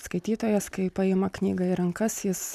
skaitytojas kai paima knygą į rankas jis